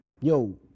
yo